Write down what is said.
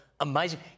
amazing